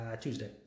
Tuesday